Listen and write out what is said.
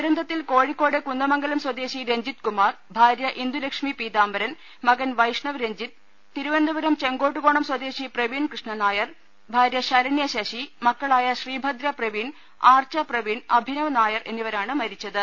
ദുരന്തത്തിൽ കോഴിക്കോട് കുന്ദമംഗലം സ്വദേശി രഞ്ജിത്കുമാർ ഭാര്യ ഇന്ദുലക്ഷ്മി പീതാംബരൻ മകൻ വൈഷ്ണവ് രഞ്ജിത് തിരുവനന്തപുരം ചെങ്കോട്ടുകോണം സ്വദേശി പ്രവീൺ കൃഷ്ണൻ നായർ ഭാര്യ ശരണ്യ ശശി മക്കളായ ശ്രീഭദ്ര പ്രവീൺ ആർച്ച പ്രവീൺ അഭിനവ് നായർ എന്നിവരാണ് മരിച്ചത്